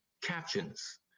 captions